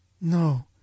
No